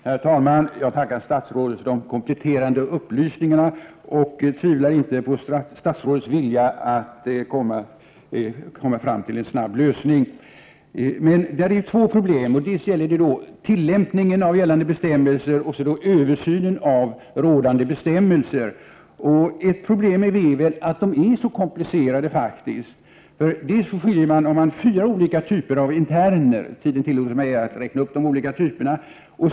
Herr talman! Jag tackar statsrådet för dessa kompletterande upplysningar och tvivlar inte på statsrådets vilja att komma fram till en snar lösning. Det finns emellertid två problem: dels tillämpningen av gällande bestämmelser, dels översynen av rådande bestämmelser. En svårighet i det sammanhanget är att dessa bestämmelser är mycket komplicerade. Man har fyra olika typer av interner — tiden tillåter mig inte att räkna upp de olika typerna.